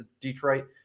Detroit